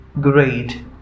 great